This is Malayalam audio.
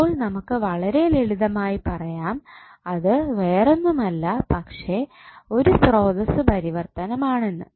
ഇപ്പോൾ നമുക്ക് വളരെ ലളിതമായി പറയാം അത് വേറൊന്നുമല്ല പക്ഷേ ഒരു സ്രോതസ്സ് പരിവർത്തനം ആണെന്ന്